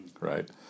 right